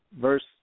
Verse